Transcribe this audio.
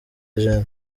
gen